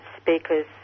speakers